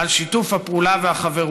על שיתוף הפעולה והחברות.